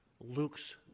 Luke's